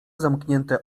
zamknięte